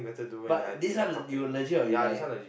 but this one you legit or you lie